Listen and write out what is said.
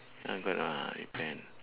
ya good ah repent